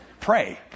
pray